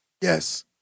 Yes